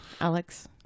Alex